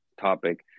topic